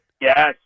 Yes